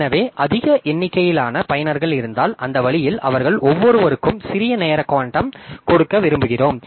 எனவே அதிக எண்ணிக்கையிலான பயனர்கள் இருந்தால் அந்த வழியில் அவர்கள் ஒவ்வொருவருக்கும் சிறிய நேர குவாண்டம் கொடுக்க விரும்புகிறோம்